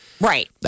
Right